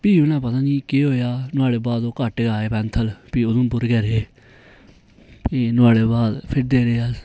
फ्ही उनें पता नेईं केह् होआ नुआढ़े बाद ओह् घट्ट गै आए पैंथल फ्ही उधमपुर गै रेह् फ्ही नुआढ़े बाद फिरदे रेह् अस